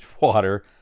water